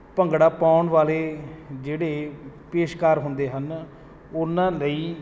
ਭੰਗੜਾ ਪਾਉਣ ਵਾਲੇ ਜਿਹੜੇ ਪੇਸ਼ਕਾਰ ਹੁੰਦੇ ਹਨ ਉਹਨਾਂ ਲਈ